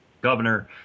Governor